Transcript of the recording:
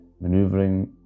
maneuvering